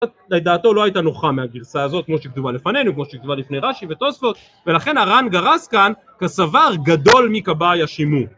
דעתו לא הייתה נוחה מהגרסה הזאת, כמו שכתובה לפנינו, כמו שכתובה לפני רש"י ותוספות, ולכן הר"ן גרס כאן "הסוור גדול מכבאי השימור".